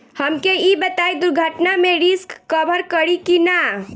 हमके ई बताईं दुर्घटना में रिस्क कभर करी कि ना?